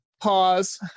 pause